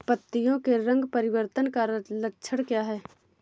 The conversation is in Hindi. पत्तियों के रंग परिवर्तन का लक्षण क्या है?